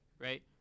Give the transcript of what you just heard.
right